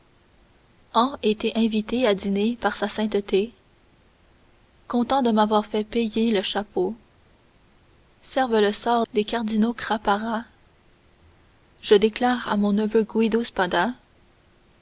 été invité à dîner par sa sainteté content de m'avoir fait payer le chapeau serve le sort des cardinaux crapara je déclare à mon neveu